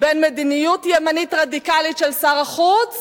בין מדיניות ימנית רדיקלית של שר החוץ